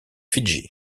fidji